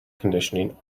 conditioning